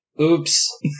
Oops